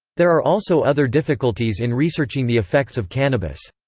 there are also other difficulties in researching the effects of cannabis.